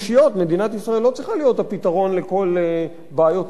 מדינת ישראל לא צריכה להיות הפתרון לכל בעיות העולם.